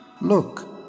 Look